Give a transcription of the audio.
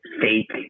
fake